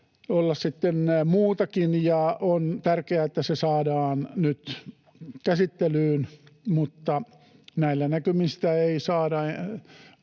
olla sitten muutakin, ja on tärkeää, että se saadaan nyt käsittelyyn, mutta näillä näkymin sitä ei saada